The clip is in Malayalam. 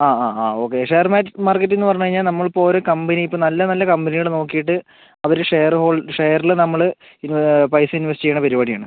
ആ ആ ആ ഓക്കേ ഷെയർ മാറ്റ് മാർക്കറ്റിംഗ് എന്ന് പറഞ്ഞ് കഴിഞ്ഞാൽ നമ്മൾ ഇപ്പം ഒരു കമ്പനി നല്ല നല്ല കമ്പനികൾ നോക്കിയിട്ട് അവരെ ഷെയർ ഷെയറിൽ നമ്മൾ പൈസ ഇൻവെസ്റ്റ് ചെയ്യുന്ന പരിപാടി ആണ്